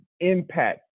impact